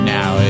Now